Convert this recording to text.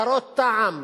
סרות טעם.